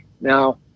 Now